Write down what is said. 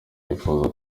yifuza